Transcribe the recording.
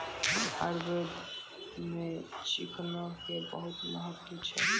आयुर्वेद मॅ चिकना के बहुत महत्व छै